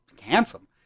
handsome